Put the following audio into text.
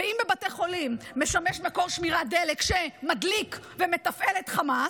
ואם בית חולים משמש מקור שמירת דלק שמדליק ומתפעל את חמאס,